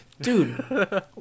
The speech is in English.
dude